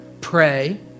pray